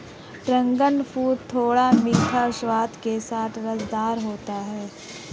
dragon fruit थोड़े मीठे स्वाद के साथ रसदार होता है